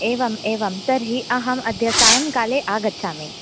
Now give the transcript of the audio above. एवम् एवं तर्हि अहं अद्य सायङ्काले आगच्छामि